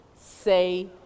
say